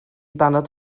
baned